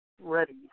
ready